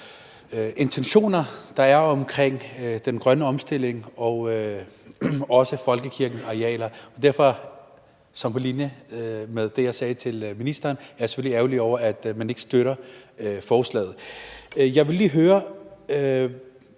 intentioner, der er omkring den grønne omstilling og også folkekirkens arealer, og derfor er jeg på linje med det, jeg sagde til ministeren, selvfølgelig ærgerlig over, at man ikke støtter forslaget. Jeg vil lige høre: